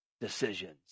Decisions